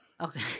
Okay